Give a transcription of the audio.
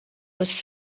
was